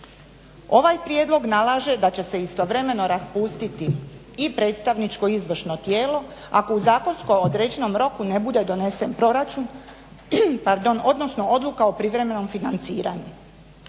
Ovaj prijedlog nalaže da će se istovremeno raspustiti i predstavničko izvršno tijelo, ako u zakonsko određenom roku ne bude donesen proračun, odnosno odluka o privremenom financiranju.